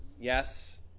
Yes